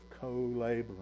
co-laboring